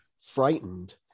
frightened